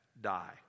die